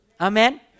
Amen